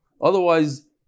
Otherwise